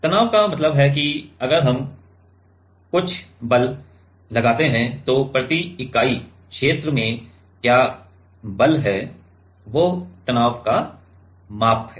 तनाव का मतलब है कि अगर हम कुछ बल लगाते हैं तो प्रति इकाई क्षेत्र में क्या बल है जो तनाव का माप है